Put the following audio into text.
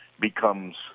becomes